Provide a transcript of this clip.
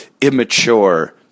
immature